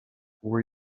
were